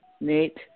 Nate